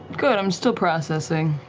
good, i'm still processing.